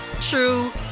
true